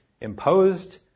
imposed